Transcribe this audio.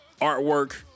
Artwork